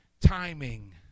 timing